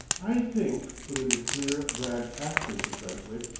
i think, put in the clear, bland accents of brentwick,